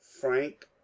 frank